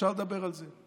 אפשר לדבר על זה.